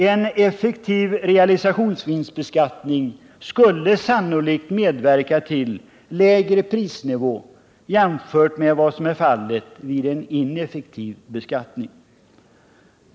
En effektiv realisationsvinstbeskattning skulle sannolikt medverka till lägre prisnivå, jämfört med vad som är fallet vid en ineffektiv beskattning.